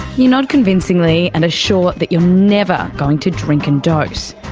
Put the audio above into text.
you nod convincingly and assure that you are never going to drink and dose.